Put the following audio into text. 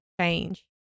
change